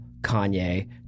Kanye